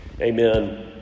amen